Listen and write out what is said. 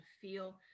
feel